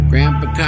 Grandpa